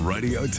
Radio